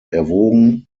erwogen